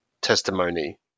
testimony